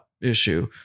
issue